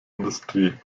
industrie